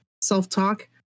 self-talk